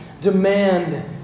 demand